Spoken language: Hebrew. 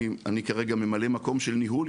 אני כרגע ממלא מקום של ניהול,